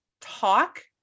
talk